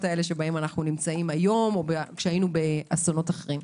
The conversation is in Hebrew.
שבהם אנחנו נמצאים היום או כשהיינו באסונות אחרים.